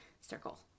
circle